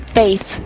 faith